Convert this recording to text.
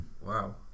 Wow